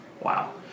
Wow